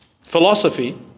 philosophy